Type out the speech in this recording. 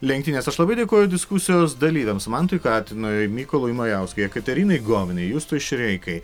lenktynes aš labai dėkoju diskusijos dalyviams mantui katinui mykolui majauskui jekaterinai govinai justui šereikai